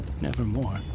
nevermore